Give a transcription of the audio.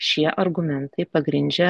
šie argumentai pagrindžia